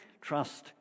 trust